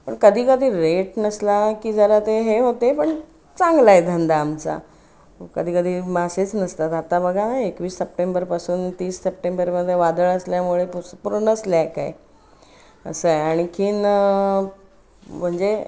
पण कधी कधी रेट नसला की जरा ते हे होते पण चांगला आहे धंदा आमचा कधी कधी मासेच नसतात आता बघा हां एकवीस सप्टेंबरपासून तीस सप्टेंबरमध्ये वादळ असल्यामुळे पुस् पूर्ण स्लॅक आहे असं आहे आणखीन म्हणजे